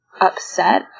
upset